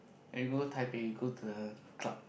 and we go Taipei we go to the club